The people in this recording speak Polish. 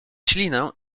ślinę